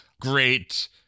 great